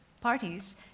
parties